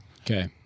Okay